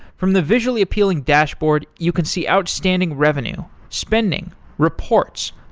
from the visually appealing dashboard, you can see outstanding revenue spending, reports,